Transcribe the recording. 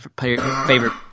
favorite